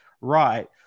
right